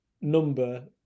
number